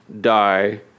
die